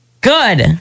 Good